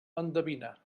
endevina